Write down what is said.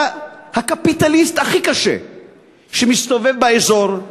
אתה הקפיטליסט הכי קשה שמסתובב באזור,